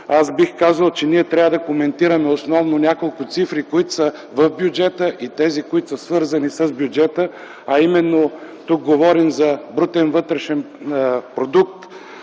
аз бих казал, че ние трябва да коментираме основно няколко цифри, които са в бюджета, и тези, които са свързани с бюджета, а именно тук говорим за брутен вътрешен продукт,